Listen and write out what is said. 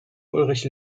ulrich